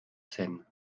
seine